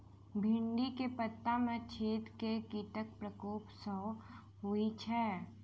भिन्डी केँ पत्ता मे छेद केँ कीटक प्रकोप सऽ होइ छै?